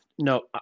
No